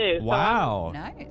Wow